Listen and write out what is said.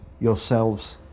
yourselves